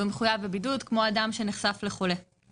הוא מחויב בבידוד באותה מידה כמו אדם שנחשף לחולה.